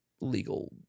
legal